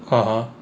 (uh huh)